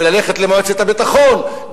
וללכת למועצת הביטחון,